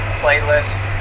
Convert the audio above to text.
playlist